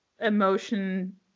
emotion